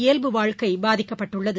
இயல்பு வாழ்க்கைபாதிக்கப்பட்டுளளது